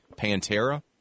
Pantera